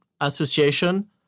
association